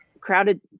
crowded